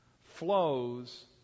flows